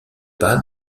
pas